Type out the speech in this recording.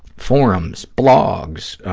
forums, blogs,